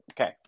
Okay